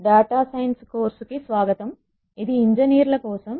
data science course కి స్వాగతం ఇది ఇంజనీర్ల కోసం